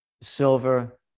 silver